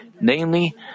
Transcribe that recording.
Namely